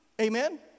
Amen